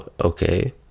okay